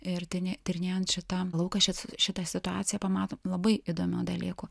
ir tyrinė tyrinėjant šitą lauką šitą situaciją pamatom labai įdomių dalykų